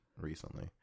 recently